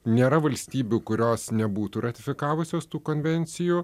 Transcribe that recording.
nėra valstybių kurios nebūtų ratifikavusios tų konvencijų